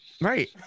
Right